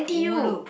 ulu